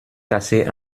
cassé